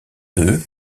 deux